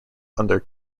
under